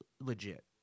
legit